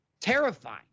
terrifying